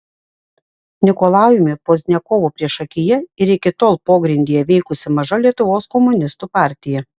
nikolajumi pozdniakovu priešakyje ir iki tol pogrindyje veikusi maža lietuvos komunistų partija